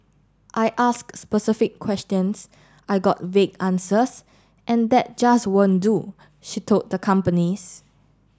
I asked specific questions I got vague answers and that just won't do she told the companies